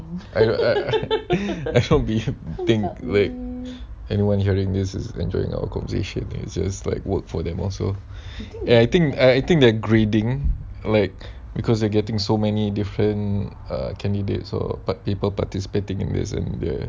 I hope they they everyone hearing this is enjoying our conversation is just like work for them also and I think I think their grading like because you are getting so many different err candidates or but people participating in this and they